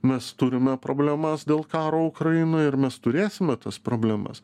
mes turime problemas dėl karo ukrainoj ir mes turėsime tas problemas